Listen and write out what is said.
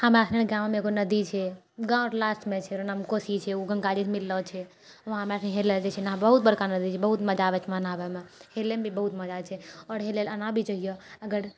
हमरा इहाँ गाममे एक नदी छै गाम रऽ लास्टमे छै ओकर नाम कोशी छै ओ गङ्गा र मे मिल रहल छै उहाँ हमरा नऽ हेलय दै छै बहुत बड़का नदी छै बहुत मजा आबै छै उहाँ नहाबयमे हेलयमे भी बहुत मजा आबै छै आओर हेलय लेल आना भी चाहियो अगर